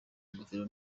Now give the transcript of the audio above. ingofero